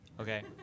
Okay